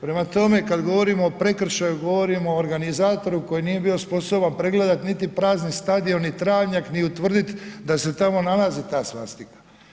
Prema tome kada govorimo o prekršaju, govorimo o organizatoru koji nije bio sposoban pregledati niti prazni stadion ni travnjak ni utvrditi da se tamo nalazi ta svastika.